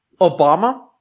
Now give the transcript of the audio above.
Obama